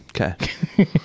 Okay